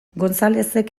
gonzalezek